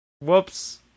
Whoops